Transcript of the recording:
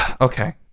Okay